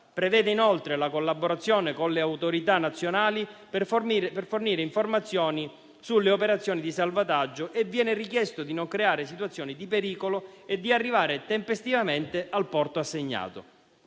Prevede inoltre la collaborazione con le autorità nazionali per fornire informazioni sulle operazioni di salvataggio; viene richiesto di non creare situazioni di pericolo e di arrivare tempestivamente al porto assegnato.